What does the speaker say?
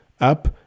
up